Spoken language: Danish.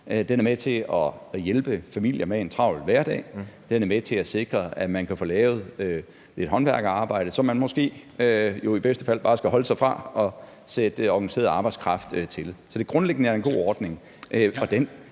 Den er med til at hjælpe familier med en travl hverdag, og den er med til at sikre, at man kan få lavet et håndværkerarbejde, som man jo måske i bedste fald bare skal holde sig fra og sætte den organiserede arbejdskraft til. Så det er grundlæggende en god ordning,